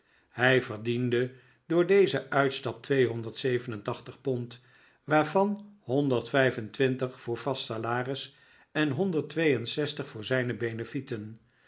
hij verdiende door dezen uitstel pond waarvan voor vast salaris en voor zijne benefieten